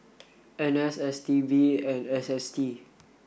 N S S T B and S S T